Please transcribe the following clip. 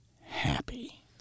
happy